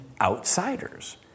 outsiders